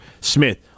Smith